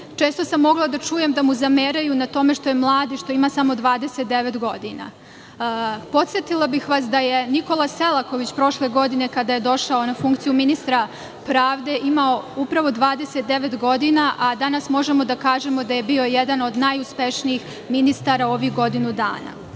Često sam mogla da čujem da mu zameraju na tome što je mlad i što ima samo 29 godina. Podsetila bih vas da je Nikola Selaković prošle godine, kada je došao na funkciju ministra pravde, imao upravo 29 godina, a danas možemo da kažemo da je bio jedan od najuspešnijih ministara ovih godinu dana. Čak